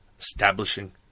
establishing